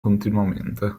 continuamente